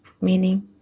meaning